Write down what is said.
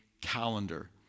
calendar